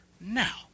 Now